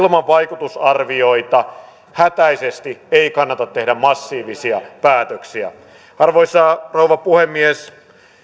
ilman vaikutusarvioita hätäisesti ei kannata tehdä massiivisia päätöksiä arvoisa rouva puhemies